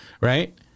right